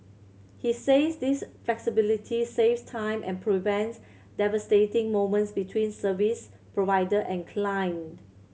he says this flexibility saves time and prevents devastating moments between service provider and client